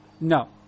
No